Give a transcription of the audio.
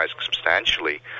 substantially